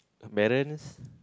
parents